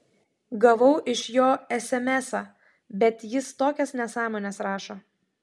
gavau iš jo esemesą bet jis tokias nesąmones rašo